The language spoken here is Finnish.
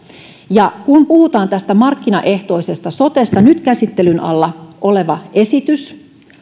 ja kun puhutaan markkinaehtoisesta sotesta nyt käsittelyn alla oleva esitys